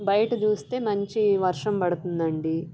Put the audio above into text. బయట చూస్తే మంచి వర్షం పడతుంది అండి